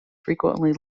frequently